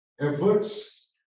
efforts